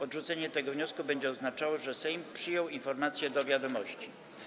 Odrzucenie tego wniosku będzie oznaczało, że Sejm przyjął informację do wiadomości.